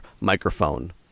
microphone